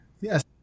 Yes